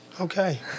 okay